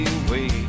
away